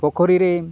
ପୋଖରୀରେ